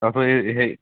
তাৰপিছত সেই সেই